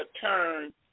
turn